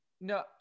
No